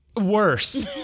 Worse